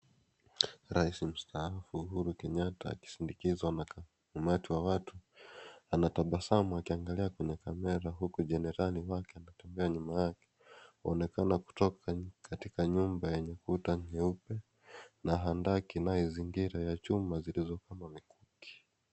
Rais mstaafu, Uhuru Kenyatta, akisindikizwa na umati wa watu. Anatabasamu akiangalia kuna kamera huku wake akitembea nyuma yake. Anaonekana ametoka nyumba yenye kuta nyeupe na handaki inayozingira ya chuma zilizo pale.